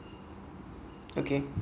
okay